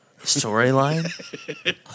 Storyline